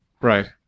Right